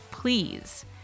Please